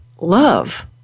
love